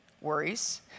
worries